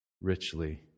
Richly